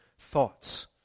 Thoughts